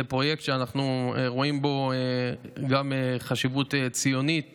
זה פרויקט שאנחנו גם רואים בו חשיבות ציונית